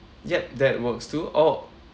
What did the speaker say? yup that works too all